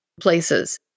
places